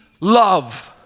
love